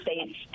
states